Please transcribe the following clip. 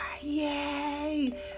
yay